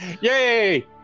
Yay